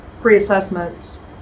pre-assessments